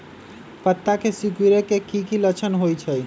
पत्ता के सिकुड़े के की लक्षण होइ छइ?